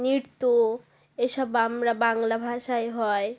নৃত্য এসব আমরা বাংলা ভাষায় হয়